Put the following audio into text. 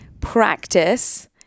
practice